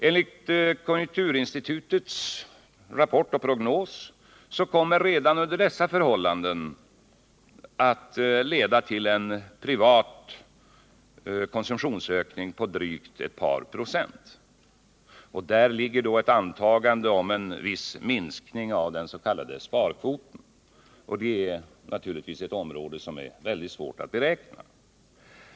Enligt konjunkturinstitutets prognos kommer redan dessa förhållanden att leda till en privat konsumtionsökning på drygt ett par procent. Där ligger då ett antagande om en viss minskning av den s.k. sparkvoten. Det är naturligtvis ett område där det är mycket svårt att göra beräkningar.